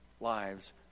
lives